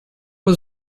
was